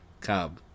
cub